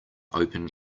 open